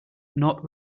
not